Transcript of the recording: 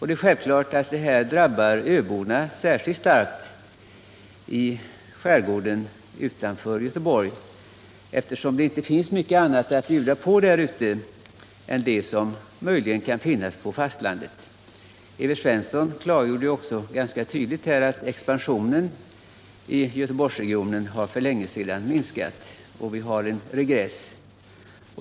Det är självklart att detta drabbar öborna i skärgården utanför Göteborg särskilt starkt, eftersom det inte finns mycket annat att bjuda dessa människor än de arbeten som möjligen kan finnas på fastlandet. Evert Svensson klargjorde ganska tydligt att expansionen i Göteborgsregionen länge har minskat och att vi har en regress.